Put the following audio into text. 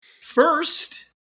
First